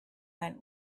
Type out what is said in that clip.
went